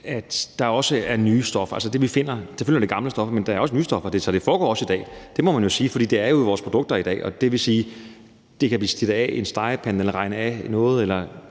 at der er nye stoffer. Selvfølgelig er der gamle stoffer, men der er også nye stoffer, så det foregår også i dag. Det må man jo sige. For det er i vores produkter i dag, og det vil sige, at det kan blive slidt af i en stegepande eller regne af noget eller